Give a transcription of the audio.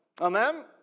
Amen